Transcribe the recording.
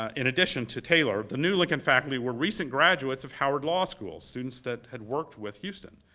in addition to taylor, the new lincoln faculty were recent graduates of howard law school, students that had worked with houston.